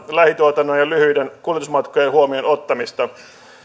lähituotannon ja lyhyiden kuljetusmatkojen huomioonottamista